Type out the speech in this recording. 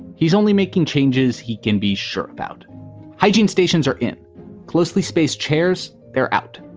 he's only making changes. he can be sure about hygiene stations are in closely spaced chairs. they're out.